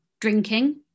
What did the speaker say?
drinking